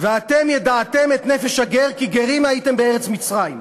"ואתם ידעתם את נפש הגר כי גרים הייתם בארץ מצרים",